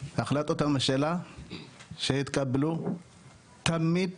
החלטות הממשלה שהתקבלו תמיד